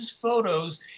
photos